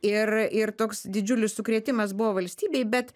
ir ir toks didžiulis sukrėtimas buvo valstybei bet